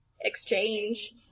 exchange